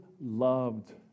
loved